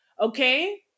okay